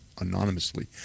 anonymously